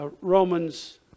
Romans